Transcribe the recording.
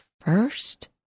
first